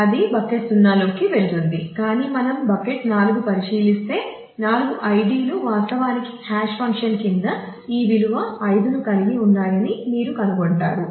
అది బకెట్ 0 లోకి వెళుతుంది కాని మనం బకెట్ 4 పరిశీలిస్తే 4 ID లు వాస్తవానికి హాష్ ఫంక్షన్ కింద ఈ విలువ 5 ను కలిగి ఉన్నాయని మీరు కనుగొంటారు